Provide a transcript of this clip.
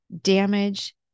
damage